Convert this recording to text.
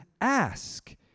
Ask